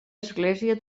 església